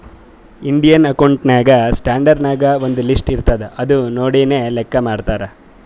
Indian accounting standard ನಾಗ್ ಒಂದ್ list ಇರ್ತುದ್ ಅದು ನೋಡಿನೇ ಲೆಕ್ಕಾ ಮಾಡ್ತಾರ್